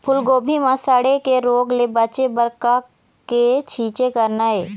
फूलगोभी म सड़े के रोग ले बचे बर का के छींचे करना ये?